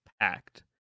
packed